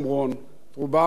רובם הגדול מאוד,